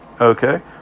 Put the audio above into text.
Okay